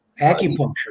Acupuncture